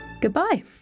Goodbye